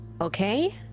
okay